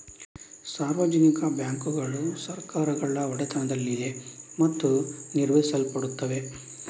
ಸಾರ್ವಜನಿಕ ಬ್ಯಾಂಕುಗಳು ಸರ್ಕಾರಗಳ ಒಡೆತನದಲ್ಲಿದೆ ಮತ್ತು ನಿರ್ವಹಿಸಲ್ಪಡುತ್ತವೆ